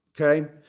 Okay